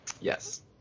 Yes